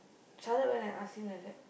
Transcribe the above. Sharath went and ask him like that